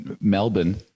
Melbourne